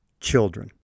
children